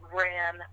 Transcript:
ran